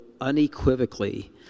unequivocally